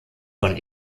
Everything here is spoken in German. von